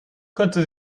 konnte